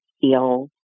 feel